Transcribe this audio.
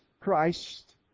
Christ